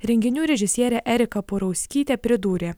renginių režisierė erika purauskytė pridūrė